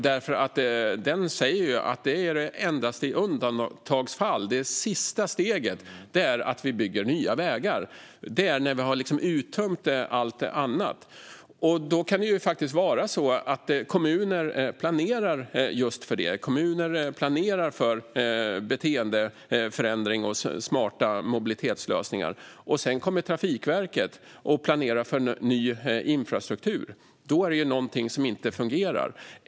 Den säger att vi endast i undantagsfall - det sista steget - ska bygga nya vägar. Det kan ske när man har uttömt allt annat. Då kan det vara så att kommuner planerar för beteendeförändring och smarta mobilitetslösningar. Sedan kommer Trafikverket och planerar för ny infrastruktur. Då är det något som inte fungerar.